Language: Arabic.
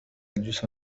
الجسر